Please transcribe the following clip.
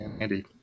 Andy